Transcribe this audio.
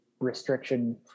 restriction